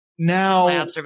Now